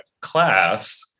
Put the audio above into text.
class